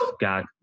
Got